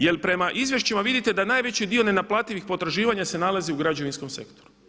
Jer prema izvješćima vidite da najveći dio nenaplativih potraživanja se nalazi u građevinskom sektoru.